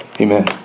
Amen